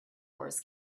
wars